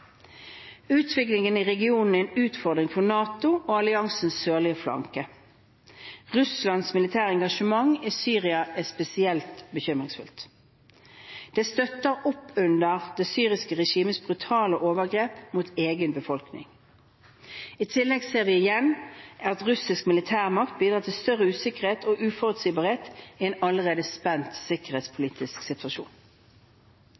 Utviklingen i regionen er en utfordring for NATO og alliansens sørlige flanke. Russlands militære engasjement i Syria er spesielt bekymringsfullt. Det støtter oppunder det syriske regimets brutale overgrep mot egen befolkning. I tillegg ser vi igjen at russisk militærmakt bidrar til større usikkerhet og uforutsigbarhet i en allerede spent